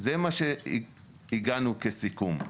זה מה שהגענו כסיכום.